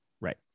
right